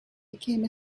became